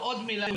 התלמידים שלנו.